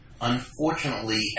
Unfortunately